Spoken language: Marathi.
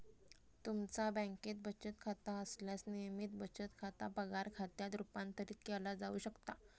तुमचा बँकेत बचत खाता असल्यास, नियमित बचत खाता पगार खात्यात रूपांतरित केला जाऊ शकता